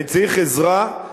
אני צריך עזרה,